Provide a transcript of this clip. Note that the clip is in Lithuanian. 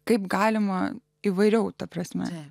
kaip galima įvairiau ta prasme